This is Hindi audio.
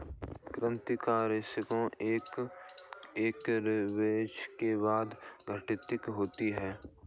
कृंतकनाशक एक एक्सपोजर के बाद घातक होते हैं